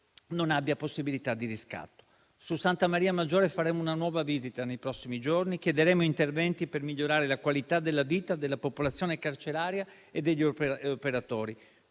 non abbia possibilità di riscatto. Al carcere di Santa Maria Maggiore faremo una nuova visita nei prossimi giorni e chiederemo interventi per migliorare la qualità della vita della popolazione carceraria e degli operatori.